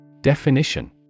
Definition